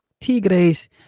Tigres